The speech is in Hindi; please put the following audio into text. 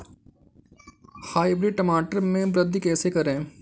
हाइब्रिड टमाटर में वृद्धि कैसे करें?